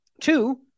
Two